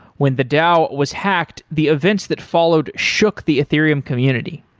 when the dao was hacked, the events that followed shook the ethereum community.